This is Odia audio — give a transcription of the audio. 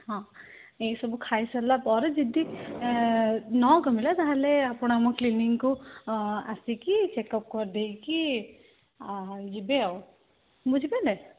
ହଁ ଏଇସବୁ ଖାଇସାରିଲା ପରେ ଯଦି ନକମିଲା ତା'ହେଲେ ଆପଣ ଆମ କ୍ଲିନିକ୍କୁ ଆସିକି ଚେକ୍ଅପ୍ କରିଦେଇକି ଯିବେ ଆଉ ବୁଝିପାରିଲେ